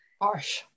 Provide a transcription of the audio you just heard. Harsh